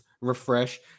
refresh